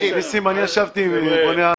ניסים, אני ישבתי עם בוני הארץ.